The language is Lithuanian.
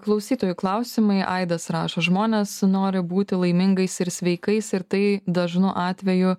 klausytojų klausimai aidas rašo žmonės nori būti laimingais ir sveikais ir tai dažnu atveju